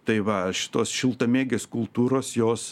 tai va šitos šiltamėgės kultūros jos